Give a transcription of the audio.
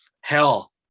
hell